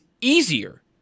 easier